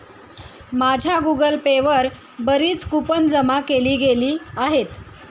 माझ्या Google pay वर बरीच कूपन जमा केली गेली आहेत